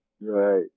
Right